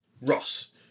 Ross